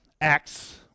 Acts